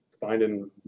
finding